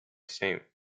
saint